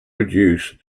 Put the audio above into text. reduce